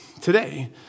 today